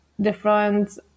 different